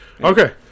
Okay